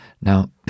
Now